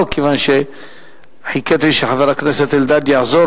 כיוון שחיכיתי שחבר הכנסת אלדד יחזור.